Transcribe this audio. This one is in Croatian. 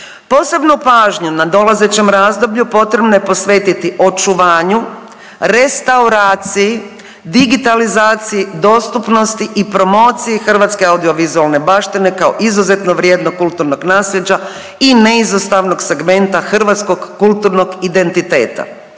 „Posebnu pažnju nadolazećem razdoblju potrebno je posvetiti očuvanju, restauraciji, digitalizaciji, dostupnosti i promociji hrvatske audio-vizualne baštine kao izuzetno vrijednog kulturnog naslijeđa i neizostavnog segmenta hrvatskog kulturnog identiteta.